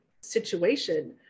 situation